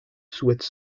souhaite